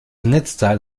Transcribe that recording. netzteil